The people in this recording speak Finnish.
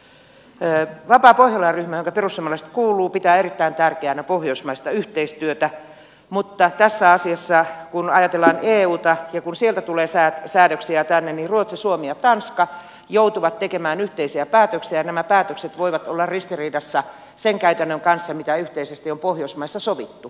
vapaa pohjola ryhmä johon perussuomalaiset kuuluu pitää erittäin tärkeänä pohjoismaista yhteistyötä mutta tässä asiassa kun ajatellaan euta ja kun sieltä tulee säädöksiä tänne ruotsi suomi ja tanska joutuvat tekemään yhteisiä päätöksiä ja nämä päätökset voivat olla ristiriidassa sen käytännön kanssa mitä yhteisesti on pohjoismaissa sovittu